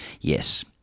Yes